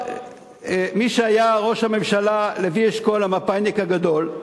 מי שהיה ראש הממשלה, לוי אשכול, המפא"יניק הגדול,